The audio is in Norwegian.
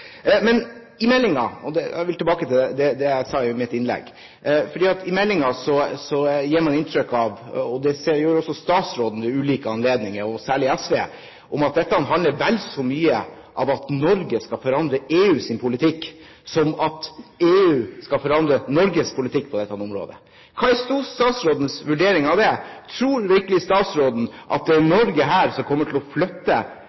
Jeg vil tilbake til det jeg sa i mitt innlegg, at i meldingen gir man inntrykk av – og det gjør også statsråden ved ulike anledninger, og særlig SV – at dette handler vel så mye om at Norge skal forandre EUs politikk som at EU skal forandre Norges politikk på dette området. Hva er statsrådens vurdering av det? Tror virkelig statsråden at det er Norge som her kommer til å flytte